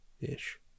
ish